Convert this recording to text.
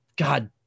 God